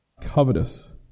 covetous